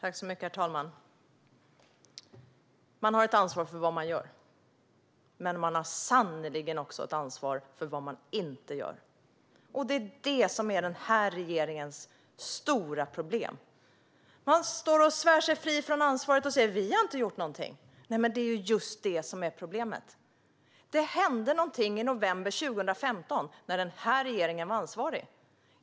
Herr talman! Man har ett ansvar för vad man gör, men man har sannerligen också ett ansvar för vad man inte gör. Det är detta som är den här regeringens stora problem. Man står och svär sig fri från ansvaret och säger att man minsann inte har gjort någonting. Det är ju just det som är problemet. Det hände någonting i november 2015, när den här regeringen var ansvarig.